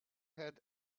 had